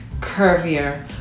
curvier